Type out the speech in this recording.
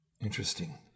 Interesting